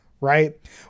right